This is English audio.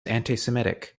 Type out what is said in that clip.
antisemitic